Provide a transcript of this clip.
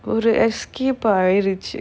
ஒரு:oru escape ah ஆயிருச்சு:aayiruchu